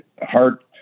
Heart